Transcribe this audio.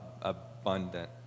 abundant